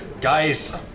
Guys